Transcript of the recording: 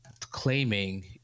claiming